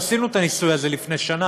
עשינו את הניסוי הזה לפני שנה,